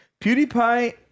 PewDiePie